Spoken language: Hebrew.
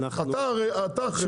אתה אחראי לזה.